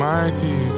Mighty